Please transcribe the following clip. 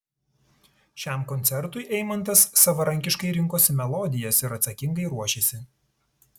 šiam koncertui eimantas savarankiškai rinkosi melodijas ir atsakingai ruošėsi